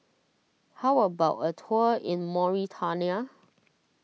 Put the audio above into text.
how about a tour in Mauritania